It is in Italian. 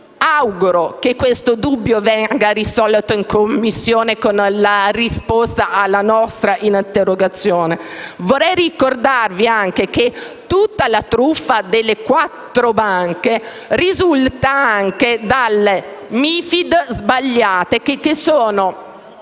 auguro che questo dubbio venga risolto in Commissione con la risposta alla nostra interrogazione. Vorrei poi ricordare che tutta la truffa delle quattro banche risulta anche da MiFID sbagliate, che sono